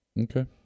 Okay